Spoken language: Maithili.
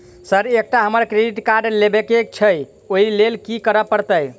सर एकटा हमरा क्रेडिट कार्ड लेबकै छैय ओई लैल की करऽ परतै?